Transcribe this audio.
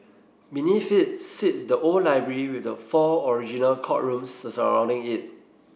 beneath it sits the old library with the four original courtrooms surrounding it